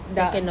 dah